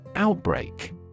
Outbreak